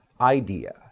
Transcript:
idea